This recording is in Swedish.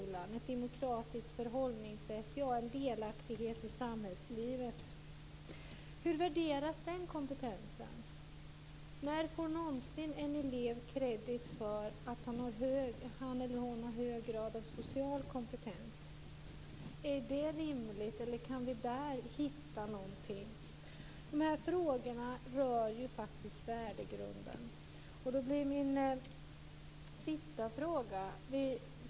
Det gäller då ett demokratiskt förhållningssätt, ja, en delaktighet i samhällslivet. Hur värderas den kompetensen? Får en elev någonsin credit för att han eller hon har en stor social kompetens? Är detta rimligt, eller kan vi där hitta någonting? De här frågorna rör faktiskt värdegrunden.